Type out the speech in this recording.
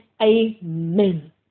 amen